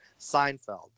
seinfeld